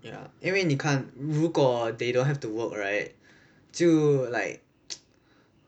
ya 因为你看如果 they don't have to work right 就 like